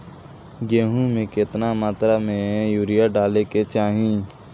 गेहूँ में केतना मात्रा में यूरिया डाले के चाही?